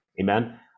amen